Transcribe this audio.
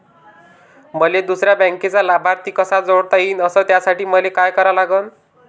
मले दुसऱ्या बँकेचा लाभार्थी कसा जोडता येईन, अस त्यासाठी मले का करा लागन?